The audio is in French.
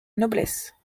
noblesse